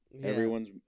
Everyone's